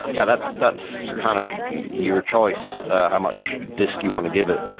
yeah, that's that's kind of your choice how much disk you want to give it.